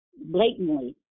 blatantly